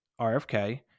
RFK